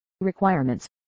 Requirements